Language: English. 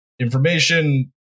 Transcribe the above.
information